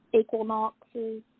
equinoxes